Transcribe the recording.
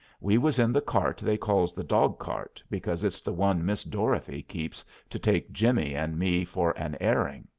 we was in the cart they calls the dog-cart because it's the one miss dorothy keeps to take jimmy and me for an airing.